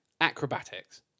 Acrobatics